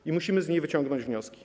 I musimy z niej wyciągnąć wnioski.